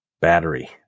battery